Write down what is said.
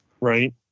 right